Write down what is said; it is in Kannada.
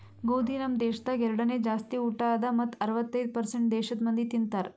ಗೋದಿ ನಮ್ ದೇಶದಾಗ್ ಎರಡನೇ ಜಾಸ್ತಿ ಊಟ ಅದಾ ಮತ್ತ ಅರ್ವತ್ತೈದು ಪರ್ಸೇಂಟ್ ದೇಶದ್ ಮಂದಿ ತಿಂತಾರ್